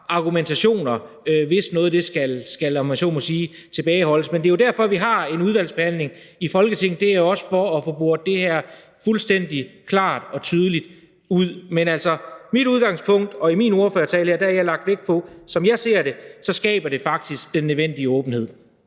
argumentationer, hvis noget, om jeg så må sige, skal tilbageholdes. Men det er jo derfor, vi har en udvalgsbehandling i Folketinget: Det er også for at få boret det her fuldstændig klart og tydeligt ud. Men altså, i forhold til mit udgangspunkt og i min ordførertale har jeg lagt vægt på, at som jeg ser det, så skaber det faktisk den nødvendige åbenhed.